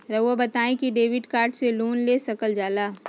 रहुआ बताइं कि डेबिट कार्ड से लोन ले सकल जाला?